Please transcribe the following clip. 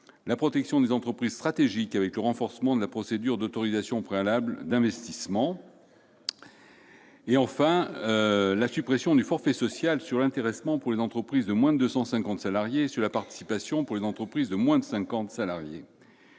; protection des entreprises stratégiques, avec le renforcement de la procédure d'autorisation préalable d'investissement. Il y a, enfin, la suppression du forfait social sur l'intéressement pour les entreprises de moins de 250 salariés et sur la participation pour les entreprises de moins de 50 salariés.